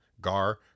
Gar